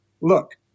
look